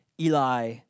Eli